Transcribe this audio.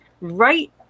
right